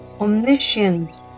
omniscient